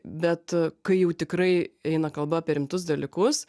bet kai jau tikrai eina kalba apie rimtus dalykus